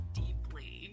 deeply